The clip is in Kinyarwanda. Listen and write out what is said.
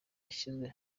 yashyizwe